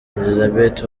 elizabeth